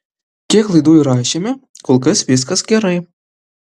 kiek laidų įrašėme kol kas viskas gerai